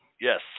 Yes